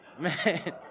Man